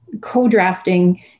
co-drafting